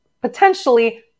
potentially